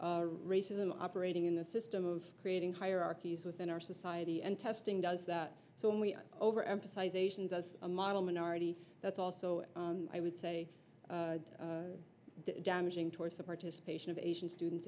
of racism operating in the system of creating hierarchies within our society and testing does that so when we overemphasize asians as a model minority that's also i would say damaging towards the participation of asian students